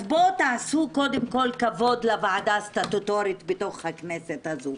אז בואו תעשו קודם כל כבוד לוועדה הסטטוטורית בתוך הכנסת הזו.